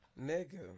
nigga